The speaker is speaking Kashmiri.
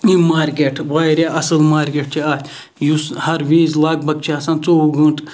یِم مارکٮ۪ٹ واریاہ اَصل مارکٮ۪ٹ چھُ اَتھ یُس ہَر وِز لَگ بَگ چھُ آسان ژووُہہ گٲنٛٹہٕ